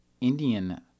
Indian